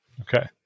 Okay